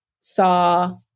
saw